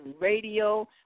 radio